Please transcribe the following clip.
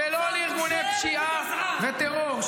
ולא לארגוני פשיעה טרור.